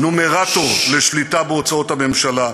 נומרטור לשליטה בהוצאות הממשלה,